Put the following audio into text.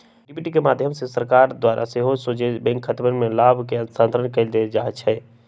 DBT के माध्यम से सरकार द्वारा सेहो सोझे बैंक खतामें लाभ के स्थानान्तरण कऽ देल जाइ छै